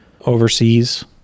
overseas